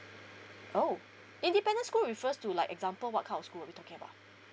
oh independent school refers to like example what kind of school that we're talking about